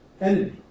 enemy